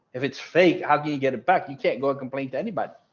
if it's fake? how can you get it back? you can't go complain to anybody?